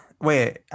Wait